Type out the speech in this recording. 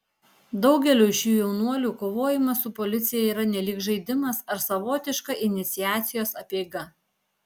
daugeliui šių jaunuolių kovojimas su policija yra nelyg žaidimas ar savotiška iniciacijos apeiga